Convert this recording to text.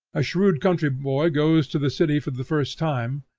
a shrewd country-boy goes to the city for the first time,